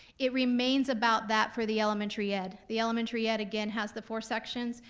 it remains about that for the elementary ed. the elementary ed, again, has the four sections.